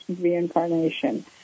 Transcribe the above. reincarnation